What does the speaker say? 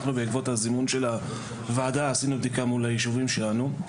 אנחנו בעקבות הזימון של הוועדה עשינו בדיקה מול היישובים שלנו.